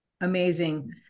amazing